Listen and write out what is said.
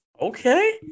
Okay